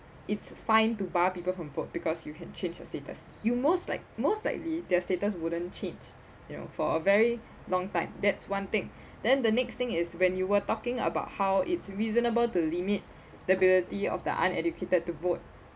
it's fine to bar people from vote because you can change your status you most like most likely their status wouldn't change you know for a very long time that's one thing then the next thing is when you were talking about how it's reasonable to limit the ability of the uneducated to vote